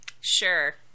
sure